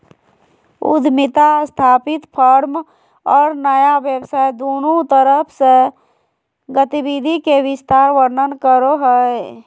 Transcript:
उद्यमिता स्थापित फर्म और नया व्यवसाय दुन्नु तरफ से गतिविधि के विस्तार वर्णन करो हइ